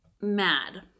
mad